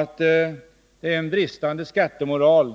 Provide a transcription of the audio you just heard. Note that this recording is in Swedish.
Att det är en bristande skattemoral